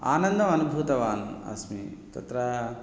आनन्दम् अनुभूतवान् अस्मि तत्र